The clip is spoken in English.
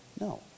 No